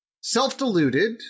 self-deluded